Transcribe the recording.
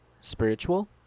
spiritual